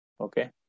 okay